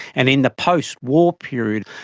and in the post-war period,